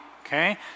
okay